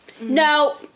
no